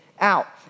out